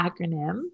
acronym